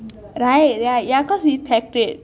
right ya cause we packed it